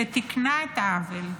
שתיקנה את העוול?